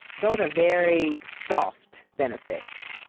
those are very soft benefits,